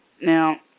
Now